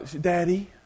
daddy